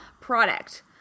product